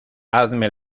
hazme